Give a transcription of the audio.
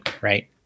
right